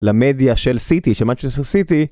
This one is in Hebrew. למדיה של סיטי, של מנצ'סטר סיטי.